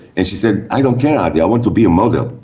and she said, i don't care, adi, i want to be a model.